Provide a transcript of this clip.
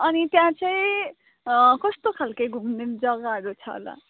अनि त्यहाँ चाहिँ कस्तो खालके घुम्ने जग्गाहरू छ होला